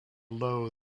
low